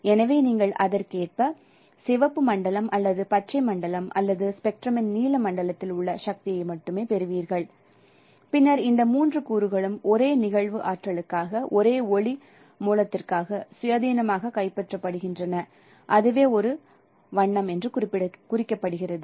எனவே நீங்கள் அதற்கேற்ப சிவப்பு மண்டலம் அல்லது பச்சை மண்டலம் அல்லது ஸ்பெக்ட்ரமின் நீல மண்டலத்தில் உள்ள சக்தியை மட்டுமே பெறுகிறீர்கள் பின்னர் இந்த மூன்று கூறுகளும் ஒரே நிகழ்வு ஆற்றலுக்காக ஒரே ஒளி மூலத்திற்காக சுயாதீனமாக கைப்பற்றப்படுகின்றன அதுவே ஒரு வண்ணம் குறிக்கப்படுகிறது